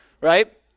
Right